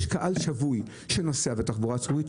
יש קהל שבוי שנוסע בתחבורה הציבורית,